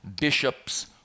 bishops